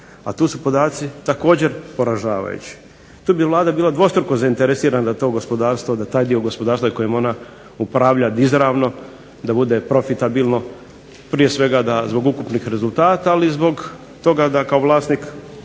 a tu su podaci također poražavajući. Tu bi Vlada bila dvostruko zainteresirana da to gospodarstvo, da taj dio gospodarstva kojim ona upravlja izravno da bude profitabilno. Prije svega da zbog ukupnih rezultata, ali i zbog toga da kao vlasnik